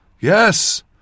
Yes